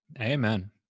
Amen